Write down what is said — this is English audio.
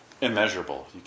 immeasurable